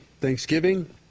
Thanksgiving